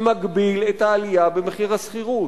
שמגביל את העלייה במחיר השכירות.